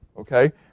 okay